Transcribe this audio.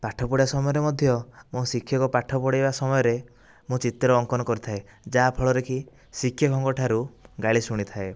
ପାଠ ପଢିବା ସମୟରେ ମଧ୍ୟ ମୋ ଶିକ୍ଷକ ପାଠ ପଢ଼େଇବା ସମୟରେ ମୁଁ ଚିତ୍ର ଅଙ୍କନ କରିଥାଏ ଯାହା ଫଳରେ କି ଶିକ୍ଷଙ୍କଠାରୁ ଗାଳି ଶୁଣିଥାଏ